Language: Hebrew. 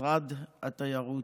משרד התיירות,